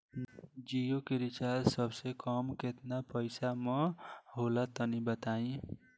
जियो के रिचार्ज सबसे कम केतना पईसा म होला तनि बताई?